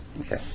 Okay